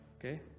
Okay